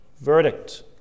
verdict